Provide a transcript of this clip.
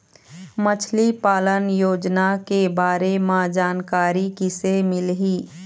मछली पालन योजना के बारे म जानकारी किसे मिलही?